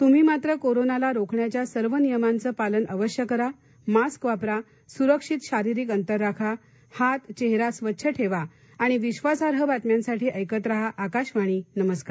तुम्ही मात्र कोरोनाला रोखण्याच्या सर्व नियमांचं पालन अवश्य करा मास्क वापरा सुरक्षित शारीरिक अंतर राखा हात चेहरा स्वच्छ ठेवा आणि विश्वासार्ह बातम्यांसाठी ऐकत राहा आकाशवाणी नमस्कार